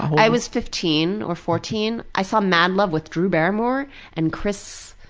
i was fifteen or fourteen. i saw mad love with drew barrymore and chris